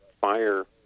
fire